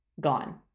Gone